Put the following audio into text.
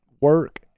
work